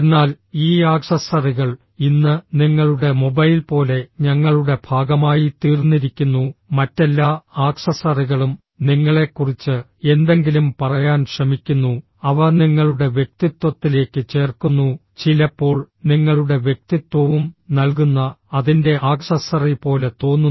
എന്നാൽ ഈ ആക്സസറികൾ ഇന്ന് നിങ്ങളുടെ മൊബൈൽ പോലെ ഞങ്ങളുടെ ഭാഗമായിത്തീർന്നിരിക്കുന്നു മറ്റെല്ലാ ആക്സസറികളും നിങ്ങളെക്കുറിച്ച് എന്തെങ്കിലും പറയാൻ ശ്രമിക്കുന്നു അവ നിങ്ങളുടെ വ്യക്തിത്വത്തിലേക്ക് ചേർക്കുന്നു ചിലപ്പോൾ നിങ്ങളുടെ വ്യക്തിത്വവും നൽകുന്ന അതിന്റെ ആക്സസറി പോലെ തോന്നുന്നു